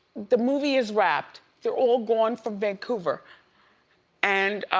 the movie is wrapped. they're all going from vancouver and.